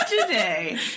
today